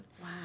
Wow